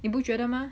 你不觉得 mah